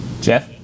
Jeff